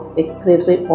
excretory